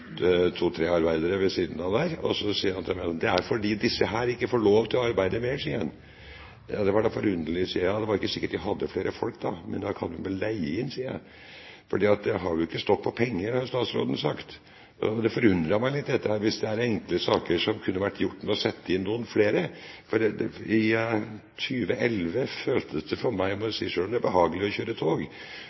er fordi disse her ikke får lov til å arbeide mer, sier han. Det var da forunderlig, sier jeg, det er ikke sikkert de hadde flere folk, men da kan man vel leie inn. For det har jo ikke stått på penger, har statsråden sagt. Det forundret meg litt, dette, hvis det er enkle saker som kunne vært gjort ved å sette inn noen flere. Det er behagelig å kjøre tog, men å kjøre i 30–40 km/t på en strekning i 2011 er det nok mange som ikke er veldig fornøyd med. Hva har statsråden å si til det?